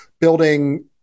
building